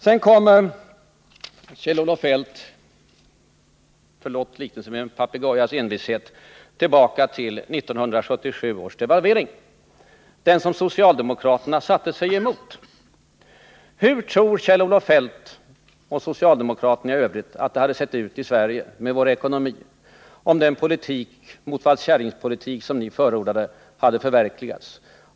Sedan kommer Kjell-Olof Feldt — förlåt liknelsen — med en papegojas envishet tillbaka till 1977 års devalvering, som socialdemokraterna satte sig emot. Men hur tror Kjell-Olof Feldt och socialdemokraterna i övrigt att det hade sett ut med vår ekonomi i Sverige, om den motvallskäringpolitik som ni förordade hade förverkligats?